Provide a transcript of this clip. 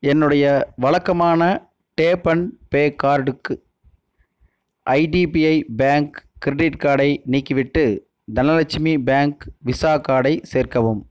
என்னுடைய வழக்கமான tap and pay கார்டுக்கு ஐடிபிஐ பேங்க் கிரெடிட் கார்டை நீக்கிவிட்டு தனலெட்சுமி பேங்க் விஸா கார்டை சேர்க்கவும்